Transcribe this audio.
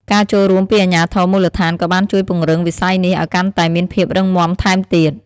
ការចូលរួមពីអាជ្ញាធរមូលដ្ឋានក៏បានជួយពង្រឹងវិស័យនេះឲ្យកាន់តែមានភាពរឹងមាំថែមទៀត។